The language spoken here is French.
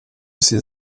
ses